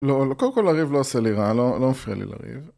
לא, קודם כל לריב לא עושה לי רע, לא מפריע לי לריב